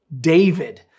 David